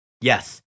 Yes